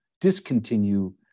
discontinue